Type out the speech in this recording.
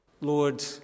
Lord